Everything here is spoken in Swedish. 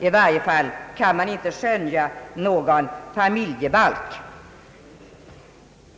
I varje fall kan man inte skönja någon familjebalk.